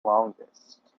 longest